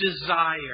desire